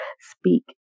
speak